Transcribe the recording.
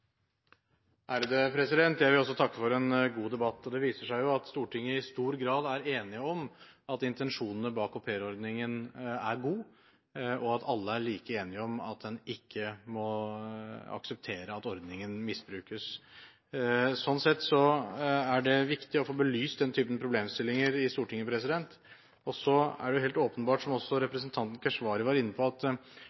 Jeg vil også takke for en god debatt. Det viser seg jo at Stortinget i stor grad er enig om at intensjonene bak aupairordningen er god, og at alle er like enige om at en ikke må akseptere at ordningen misbrukes. Sånn sett er det viktig å få belyst den typen problemstillinger i Stortinget. Så er det helt åpenbart, som også